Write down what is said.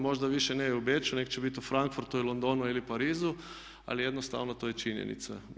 Možda više ne u Beču nego će biti u Frankfurtu, Londonu ili Parizu ali jednostavno to je činjenica.